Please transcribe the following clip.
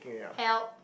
help